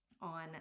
on